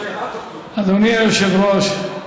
אדוני היושב-ראש,